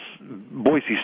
Boise